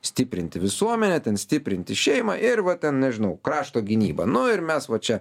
stiprinti visuomenę stiprinti šeimą ir va ten nežinau krašto gynybą nu ir mes va čia